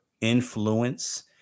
influence